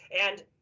And-